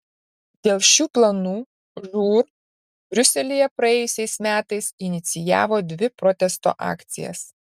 dėl šių planų žūr briuselyje praėjusiais metais inicijavo dvi protesto akcijas